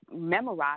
memorize